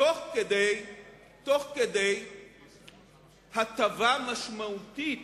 תוך כדי הטבה משמעותית